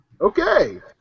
Okay